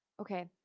Okay